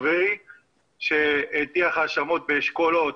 שהטיח האשמות באשכולות.